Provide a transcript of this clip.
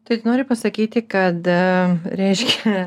tai tu nori pasakyti kad reiškia